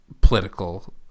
political